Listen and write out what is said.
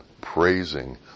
praising